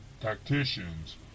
tacticians